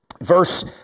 Verse